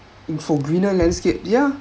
for greener landscape ya